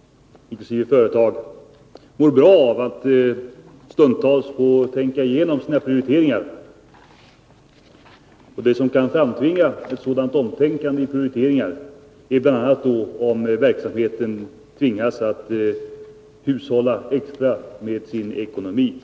— inkl. företag — mår bra av att stundtals få tänka igenom sina prioriteringar. Vad som kan framtvinga ett sådant omtänkande i fråga om prioriteringar är bl.a. att verksamheten tvingas hushålla extra med sin ekonomi.